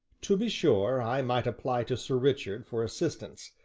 to be sure, i might apply to sir richard for assistance,